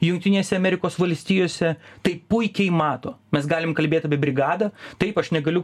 jungtinėse amerikos valstijose tai puikiai mato mes galim kalbėt apie brigadą taip aš negaliu